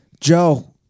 Joe